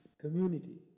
Community